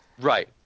Right